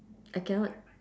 I cannot